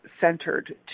centered